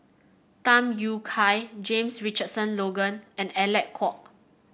Tham Yui Kai James Richardson Logan and Alec Kuok